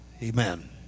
amen